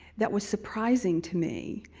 that was surprising to me.